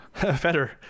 better